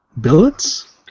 billets